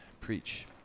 preach